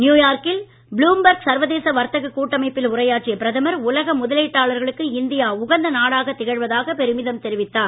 நியூயார்க்கில் ப்ளும்பர்க் சர்வதேச வர்த்தக கூட்டமைப்பில் உரையாற்றிய பிரதமர் உலக முதலீட்டாளர்களுக்கு இந்தியா உகந்த நாடாகத் திகழ்வதாக பெருமிதம் தெரிவித்தார்